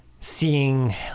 seeing